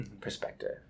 perspective